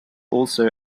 also